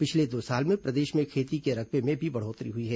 पिछले दो साल में प्रदेश में खेती के रकबे में भी बढ़ोत्तरी हुई है